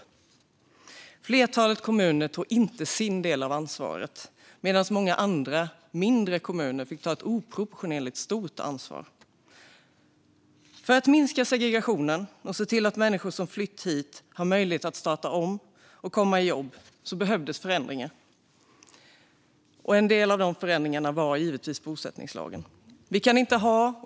Ett flertal kommuner tog inte sin del av ansvaret medan många andra, mindre kommuner fick ta ett oproportionerligt stort ansvar. För att minska segregationen och se till att människor som flytt hit har möjlighet att starta om och komma i jobb behövdes förändringar, och en del i de förändringarna var bosättningslagen.